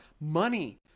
money